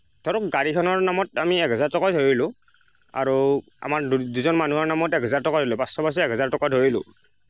ধৰক গাড়ীখনৰ নামত আমি এক হেজাৰ টকাই ধৰিলোঁ আৰু আমাৰ দুইজন মানুহৰ নামত এক হেজাৰ টকা ধৰিলোঁ পাঁচশ পাঁচশ এক হেজাৰ টকা ধৰিলোঁ